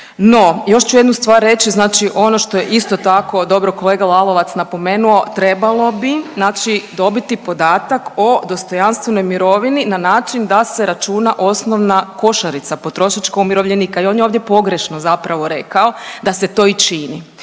No, još ću jednu stvar reći ono što je isto tako dobro kolega Lalovac napomenuo trebalo bi dobiti podatak o dostojanstvenoj mirovini na način da se računa osnovna košarica, potrošačkog umirovljenika i on je ovdje pogrešno rekao da se to i čini.